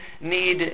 need